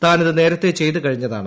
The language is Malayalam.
താൻ ഇത് നേരത്തെ ചെയ്തുകഴിഞ്ഞ്താണ്